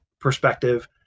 perspective